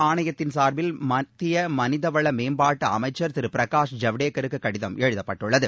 ஆணையத்தின் சாா்பில் மத்திய மனிதவள மேம்பாட்டு அமைச்சா் திரு பிரகாஷ் ஜவ்டேக்கருக்கு கடிதம் எழுதப்பட்டுள்ளது